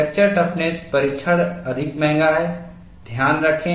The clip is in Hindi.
फ्रैक्चर टफ़्नस परीक्षण अधिक महंगा है ध्यान रखें